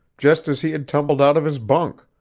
just as he had tumbled out of his bunk.